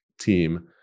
team